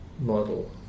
model